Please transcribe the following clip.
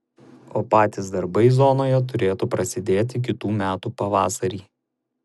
o patys darbai zonoje turėtų prasidėti kitų metų pavasarį